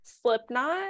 slipknot